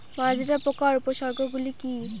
মাজরা পোকার উপসর্গগুলি কি কি?